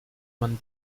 man